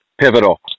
pivotal